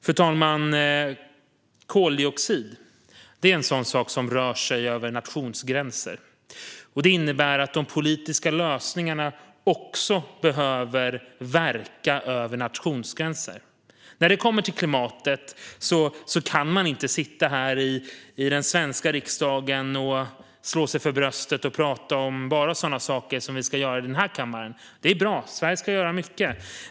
Fru talman! Koldioxid är en sådan sak som rör sig över nationsgränser. Det innebär att de politiska lösningarna också behöver verka över nationsgränser. När det kommer till klimatet kan man inte sitta här i den svenska riksdagen och slå sig för bröstet och bara prata om sådana saker som vi ska göra i den här kammaren. Det är bra. Sverige ska göra mycket.